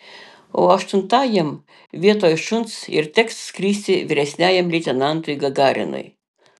o aštuntajam vietoj šuns ir teks skristi vyresniajam leitenantui gagarinui